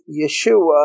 Yeshua